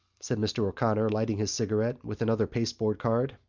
said mr. o'connor, lighting his cigarette with another pasteboard card.